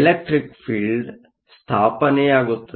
electric field ಸ್ಥಾಪನೆಯಾಗುತ್ತದೆ